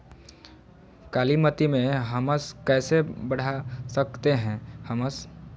कालीमती में हमस कैसे बढ़ा सकते हैं हमस?